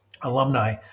alumni